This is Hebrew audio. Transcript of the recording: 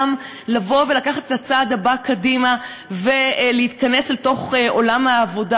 גם לבוא ולקחת את הצעד הבא קדימה ולהיכנס אל תוך עולם העבודה.